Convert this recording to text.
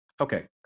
Okay